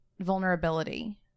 vulnerability